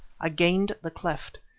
i gained the cleft.